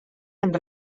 amb